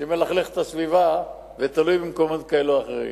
שמלכלך את הסביבה ותלוי במקומות כאלה או אחרים.